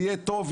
"יהיה טוב",